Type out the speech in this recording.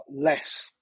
less